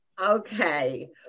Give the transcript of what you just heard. Okay